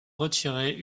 retirer